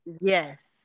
Yes